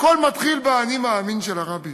הכול מתחיל ב"אני מאמין" של הרבי.